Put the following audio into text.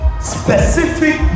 specific